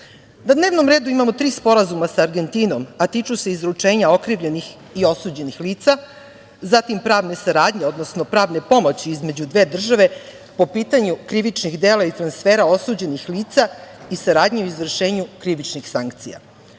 dnevnom redu imamo tri sporazuma sa Argentinom, a tiču se izručenja okrivljenih i osuđenih lica, zatim pravne saradnje, odnosno pravne pomoći između dve države po pitanju krivičnih dela i transfera osuđenih lica i saradnje u izvršenju krivičnih sankcija.